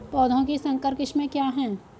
पौधों की संकर किस्में क्या हैं?